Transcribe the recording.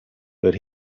but